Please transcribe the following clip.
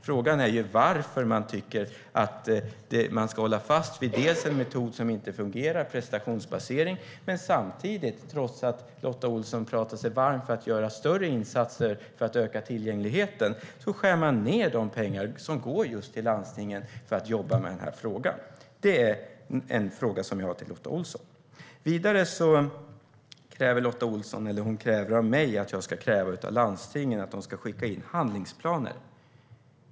Frågan är varför man tycker att man ska hålla fast vid en metod, prestationsbasering, som inte fungerar samtidigt som man - trots att Lotta Olsson talar sig varm för att göra större insatser för att öka tillgängligheten - skär ned de pengar som går till landstingen för att jobba med den här frågan. Det är en fråga som jag har till Lotta Olsson. Vidare kräver Lotta Olsson av mig att jag ska kräva av landstingen att de ska skicka in handlingsplaner.